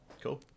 Cool